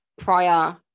prior